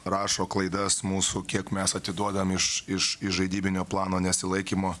rašo klaidas mūsų kiek mes atiduodam iš iš iš žaidybinio plano nesilaikymo